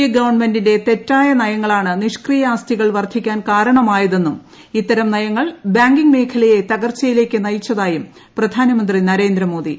A ഗവൺമെന്റിന്റെ തെറ്റായ നയങ്ങളാണ്നിഷ്ക്രിയ ആസ്തികൾ വർദ്ധിക്കാൻ കാരണമായതെന്നും ഇത്തരം നയങ്ങൾ ബാങ്കിംഗ് മേഖലയെ തകർച്ചയിലേക്ക് നയിച്ചതായും പ്രധാനമന്ത്രി നരേന്ദ്രമോദി